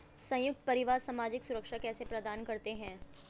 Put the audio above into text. संयुक्त परिवार सामाजिक सुरक्षा कैसे प्रदान करते हैं?